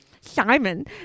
Simon